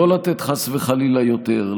לא לתת חס וחלילה יותר,